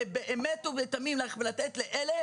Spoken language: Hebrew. זה באמת ובתמים נותן לאלה